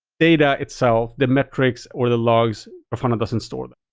data itself, the metrics or the logs, grafana doesn't store them.